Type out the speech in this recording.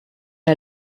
est